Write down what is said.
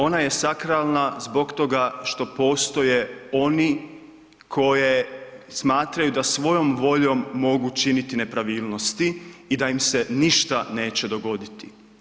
Ona je sakralna zbog toga što postoje oni koje smatraju da svojom voljom mogu činiti nepravilnosti i da im se ništa neće dogoditi.